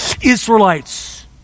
Israelites